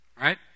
Right